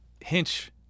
hinch